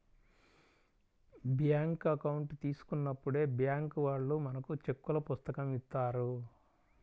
bank account తీసుకున్నప్పుడే bank వాళ్ళు మనకు చెక్కుల పుస్తకం ఇత్తారు